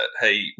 Hey